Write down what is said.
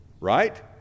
right